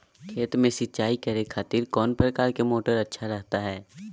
खेत में सिंचाई करे खातिर कौन प्रकार के मोटर अच्छा रहता हय?